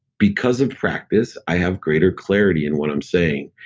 because of practice, i have greater clarity in what i'm saying.